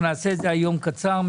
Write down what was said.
אנחנו נעשה את זה היום קצר,